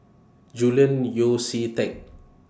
Julian Yeo See Teck